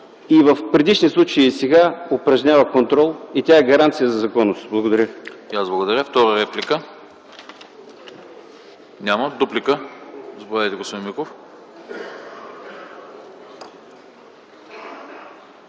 и в предишни случаи, и сега упражнява контрол и тя е гаранция за законност. Благодаря.